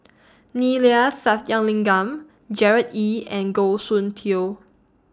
Neila Sathyalingam Gerard Ee and Goh Soon Tioe